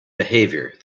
behavior